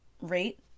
rate